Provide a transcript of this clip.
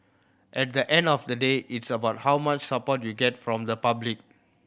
at the end of the day it's about how much support you get from the public